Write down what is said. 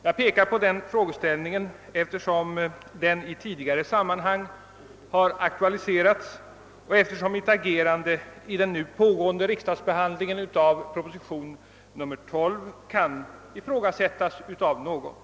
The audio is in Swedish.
Jag vill peka på denna frågeställning eftersom den har aktualiserats i tidigare sammanhang och eftersom mitt agerande i den nu pågående riksdagsbehandlingen av proposition nr 12 kan tänkas bli ifrågasatt av någon.